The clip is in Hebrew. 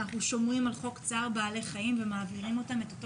אנחנו שומעים על חוק "צער בעלי חיים" ומעבירים אותם את אותו